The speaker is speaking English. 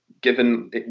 given